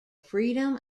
freedom